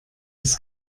das